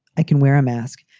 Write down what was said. i can wear a mask,